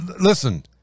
listen